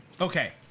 Okay